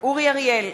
אורי אריאל,